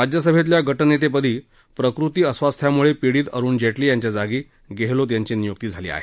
राज्यसभेतल्या गटनेते पदी प्रकृती अस्वास्थ्याने पिडीत अरुण जेटली यांच्या जागी गेहलोत यांची नियुक्ती झाली आहे